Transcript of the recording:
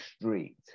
street